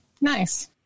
Nice